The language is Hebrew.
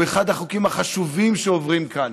הוא אחד החוקים החשובים שעוברים כאן,